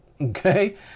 okay